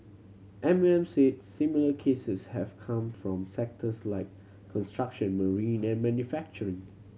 M O M said similar cases have come from sectors like construction marine and manufacturing